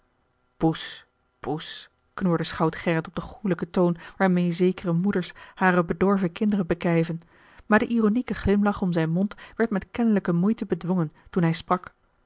poes poes knorde schout gerrit op den goêlijken toon waarmeê zekere moeders hare bedorven kinderen bekijven maar de ironieke glimlach om zijn mond werd met kennelijke moeite bedwongen toen hij sprak